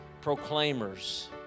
proclaimers